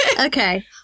Okay